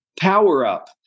Power-Up